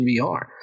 VR